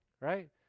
right